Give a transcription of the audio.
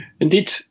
Indeed